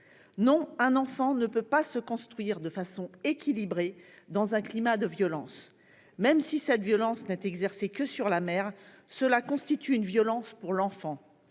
Non, un enfant ne peut pas se construire de façon équilibrée dans un climat de violence. Même si cette dernière n'est exercée que sur la mère, elle constitue une violence pour l'enfant.